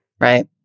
Right